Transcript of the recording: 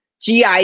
GI